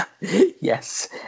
Yes